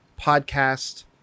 Podcast